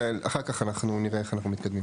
ואחר כך אנחנו נראה איך אנחנו מתקדמים.